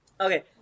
Okay